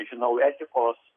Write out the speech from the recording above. žinau etikos